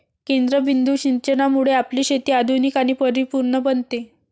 केंद्रबिंदू सिंचनामुळे आपली शेती आधुनिक आणि परिपूर्ण बनते